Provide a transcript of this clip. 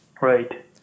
Right